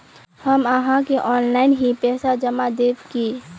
हम आहाँ के ऑनलाइन ही पैसा जमा देब की?